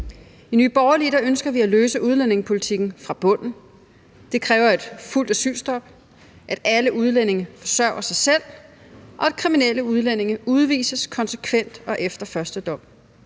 I Nye Borgerlige ønsker vi at løse udlændingepolitikken fra bunden. Det kræver et fuldt asylstop, at alle udlændinge forsørger sig selv, og at kriminelle udlændinge udvises konsekvent og efter første dom.